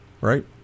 right